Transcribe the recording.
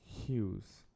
Hughes